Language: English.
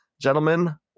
Gentlemen